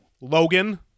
Logan